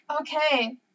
Okay